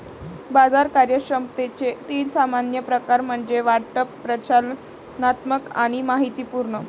बाजार कार्यक्षमतेचे तीन सामान्य प्रकार म्हणजे वाटप, प्रचालनात्मक आणि माहितीपूर्ण